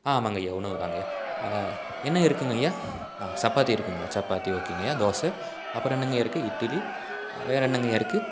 ஆ ஆமாங்கய்யா உணவுதாங்கய்யா என்ன இருக்குதுங்கய்யா ஆ சப்பாத்தி இருக்குதுங்களா சப்பாத்தி ஓகேங்கய்யா தோசை அப்புறம் என்னங்கய்யா இருக்குது இட்லி வேற என்னங்கய்யா இருக்குது